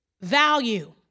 value